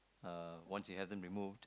uh he had them removed